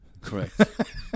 Correct